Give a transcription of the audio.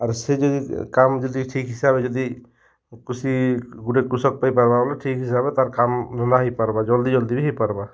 ଆର୍ ସେ ଯଦି କାମ୍ ଯଦି ଠିକ୍ ହିସାବେ ଯଦି କୃଷି ଗୁଟେ କୃଷକ୍ ପାଇପାର୍ବା ବେଲେ ଠିକ୍ ହିସାବେ ତା'ର୍ କାମ୍ ଧନ୍ଦା ହେଇପାର୍ବା ଜଲ୍ଦି ଜଲ୍ଦି ବି ହେଇପାର୍ବା